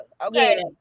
Okay